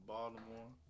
Baltimore